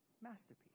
masterpiece